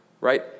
right